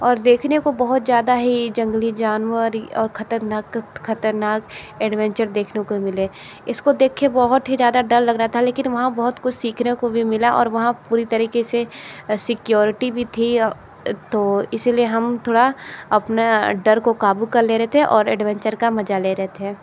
और देखने को बहुत ज़्यादा है जंगली जानवर और खतरनाक खतरनाक एडवेंचर देखने को मिले इसको देख के बहुत ही ज़्यादा डर लग रहा था लेकिन वहाँ बहुत कुछ सीखने को भी मिला और वहाँ पूरी तरीके से सिक्योरिटी भी थी तो इसलिए हम थोड़ा अपना डर को काबू कर ले रहे थे और एडवेंचर का मज़ा ले रहे थे